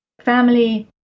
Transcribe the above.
family